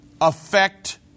affect